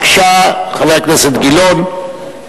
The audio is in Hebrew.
בבקשה, חבר הכנסת גילאון.